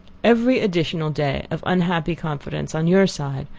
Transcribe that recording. every additional day of unhappy confidence, on your side,